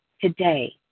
today